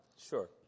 Sure